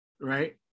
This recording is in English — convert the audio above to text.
right